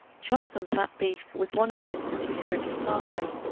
chop some fat beef with one onion and two sprigs of parsley.